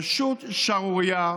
פשוט שערורייה.